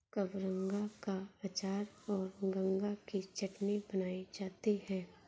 कबरंगा का अचार और गंगा की चटनी बनाई जाती है